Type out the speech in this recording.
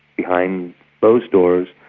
behind closed doors,